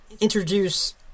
introduce